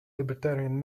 libertarian